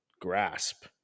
grasp